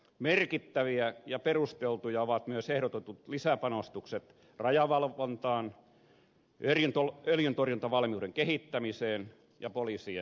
merkittäviä ja perusteltuja ovat myös ehdotetut lisäpanostukset rajavalvontaan öljyntorjuntavalmiuden kehittämiseen ja poliisien työllistämiseen